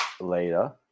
later